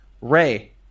Ray